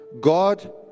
God